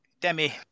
Demi